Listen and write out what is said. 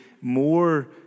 more